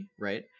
right